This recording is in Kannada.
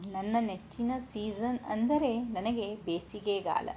ನನ್ನ ನೆಚ್ಚಿನ ಸೀಝನ್ ಅಂದರೆ ನನಗೆ ಬೇಸಿಗೆಗಾಲ